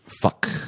Fuck